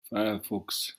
firefox